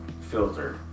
filter